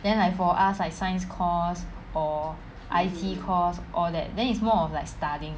then like for us like science course or I_T course all that then is more of like studying